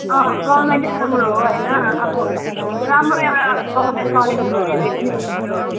अँ गभर्मेन्टै राम्रो हो होइन अब राम्रो एउटा गभर्मेन्ट कलेज बनाइदिए पनि हुन्थ्यो